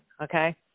okay